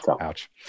Ouch